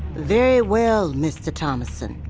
very well, mister thomassen,